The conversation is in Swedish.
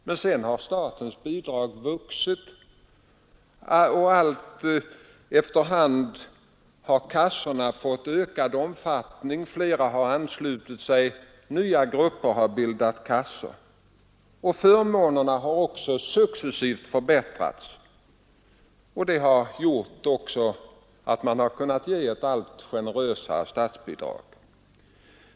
Sedan har statens bidrag vuxit, och efter hand har kassorna fått ökad omfattning, fler har anslutit sig och nya grupper har bildat kassor. Förmånerna har också successivt förbättrats. Det har varit möjligt därigenom att man gett ett allt generösare statsbidrag.